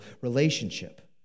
relationship